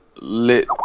Lit